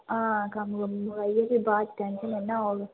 हां कम्म कुम्म मकाइयै भी बाद च टैंशन निना रौह्ग